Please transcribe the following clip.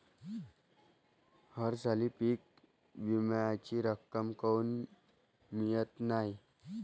हरसाली पीक विम्याची रक्कम काऊन मियत नाई?